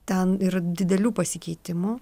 ten ir didelių pasikeitimų